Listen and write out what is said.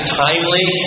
timely